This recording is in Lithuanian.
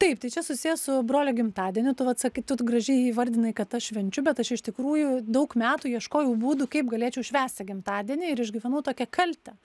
taip tai čia susiję su brolio gimtadieniu tu vat sakai tu gražiai įvardinai kad aš švenčiu bet aš iš tikrųjų daug metų ieškojau būdų kaip galėčiau švęsti gimtadienį ir išgyvenau tokią kaltę